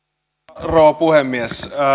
rouva puhemies